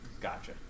Gotcha